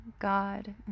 God